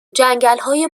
جنگلهای